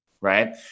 right